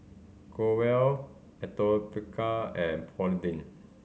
Growell Atopicar and Polidin